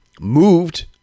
moved